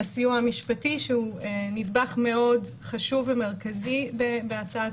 הסיוע המשפטי שהוא נדבך מאוד חשוב ומרכזי בהצעת